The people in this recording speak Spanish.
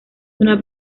una